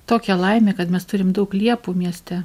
tokia laimė kad mes turim daug liepų mieste